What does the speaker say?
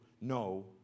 no